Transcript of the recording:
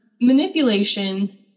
manipulation